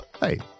Hey